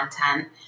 content